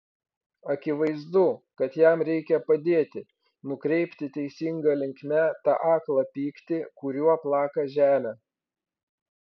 akivaizdu kad jam reikia padėti nukreipti teisinga linkme tą aklą pyktį kuriuo plaka žemę